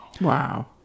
Wow